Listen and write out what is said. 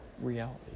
Reality